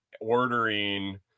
ordering